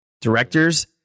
Directors